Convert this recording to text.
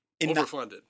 Overfunded